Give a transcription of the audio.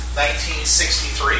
1963